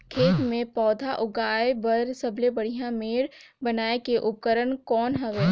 खेत मे पौधा उगाया बर सबले बढ़िया मेड़ बनाय के उपकरण कौन हवे?